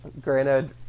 Granted